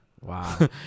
Wow